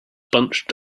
bunched